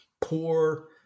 poor